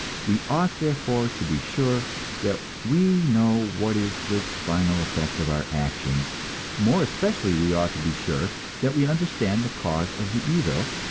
we ought, therefore, to be sure that we know what is the final effect of our actions more especially we ought to be sure that we understand the cause of the evil,